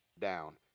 down